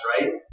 Right